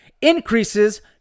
increases